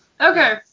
Okay